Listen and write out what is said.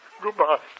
Goodbye